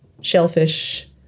shellfish